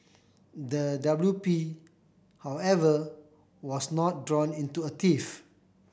the W P however was not drawn into a tiff